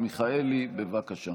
הערבים הצביעו נגד הדבר הזה.